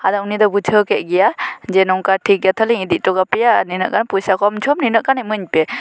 ᱟᱫᱚ ᱩᱱᱤ ᱫᱚᱭ ᱵᱩᱡᱷᱟᱹᱣ ᱠᱮᱫ ᱜᱮᱭᱟ ᱡᱮ ᱱᱚᱝᱠᱟ ᱴᱷᱤᱠ ᱜᱮᱭᱟ ᱛᱟᱦᱚᱞᱤᱧ ᱤᱫᱤ ᱚᱴᱚ ᱠᱟᱯᱮᱭᱟ ᱱᱤᱱᱟᱹᱜ ᱜᱟᱱ ᱯᱚᱭᱥᱟ ᱠᱚ ᱠᱚᱢ ᱡᱷᱚᱢ ᱱᱤᱱᱟᱹᱜ ᱜᱟᱱ ᱮᱢᱟᱹᱧ ᱯᱮ